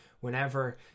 Whenever